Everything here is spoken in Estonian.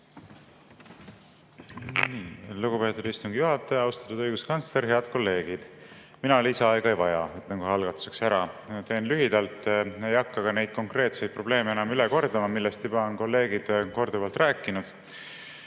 Lugupeetud istungi juhataja! Austatud õiguskantsler! Head kolleegid! Mina lisaaega ei vaja, ütlen kohe algatuseks ära. Teen lühidalt. Ei hakka neid konkreetseid probleeme enam üle kordama, millest juba on kolleegid korduvalt rääkinud.